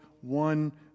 one